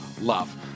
love